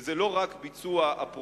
וזה לא רק ביצוע הפרויקטים,